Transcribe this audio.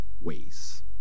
ways